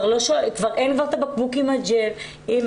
אין כבר את הבקבוק עם האלכוג'ל.